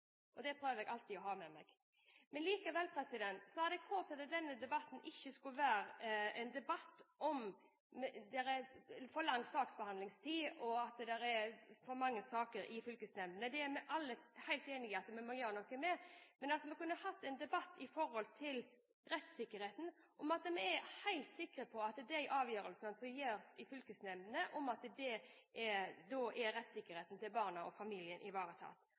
sak. Det prøver jeg alltid å ha med meg. Likevel hadde jeg håpet at denne debatten ikke skulle være en debatt om at det er for lang saksbehandlingstid, og at det er for mange saker i fylkesnemndene. Det er vi alle helt enige om at vi må gjøre noe med. Men vi kunne hatt en debatt om rettssikkerheten, sånn at vi kunne være helt sikre på at i de avgjørelsene som blir tatt i fylkesnemndene, er rettssikkerheten til barna og familien ivaretatt.